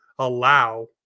allow